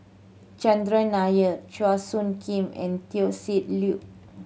Chandran Nair Chua Soo Khim and Teo Ser Luck